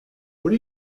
what